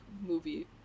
movie